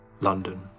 London